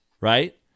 Right